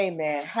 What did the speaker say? Amen